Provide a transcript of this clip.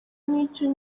n’icyo